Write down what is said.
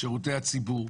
שירותי ציבור.